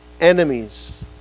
enemies